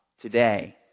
today